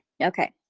Okay